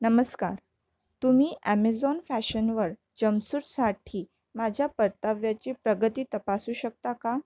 नमस्कार तुम्ही ॲमेजॉन फॅशनवर जंपसुटसाठी माझ्या परताव्याची प्रगती तपासू शकता का